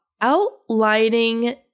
outlining